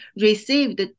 received